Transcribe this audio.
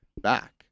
back